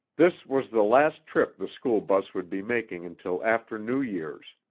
this was the last trip the school bus would be making until after new year's,